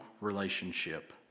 relationship